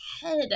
head